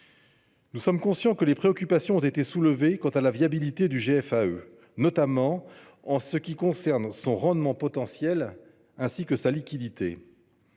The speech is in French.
Nous sommes conscients que des préoccupations ont été soulevées sur la viabilité du GFAE, notamment en ce qui concerne son rendement potentiel et sa liquidité.